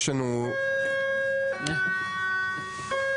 מה שאנחנו נעשה